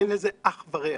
אין לזה אח ורע